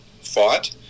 fought